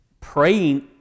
praying